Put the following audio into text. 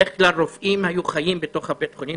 בדרך כלל רופאים היו חיים בתוך בתי החולים.